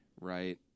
Right